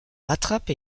rattrape